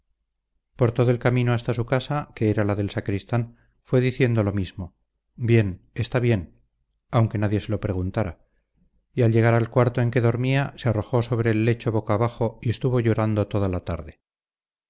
por todo el camino hasta su casa que era la del sacristán fue diciendo lo mismo bien está bien aunque nadie se lo preguntara y al llegar al cuarto en que dormía se arrojó sobre el lecho boca abajo y estuvo llorando toda la tarde